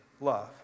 love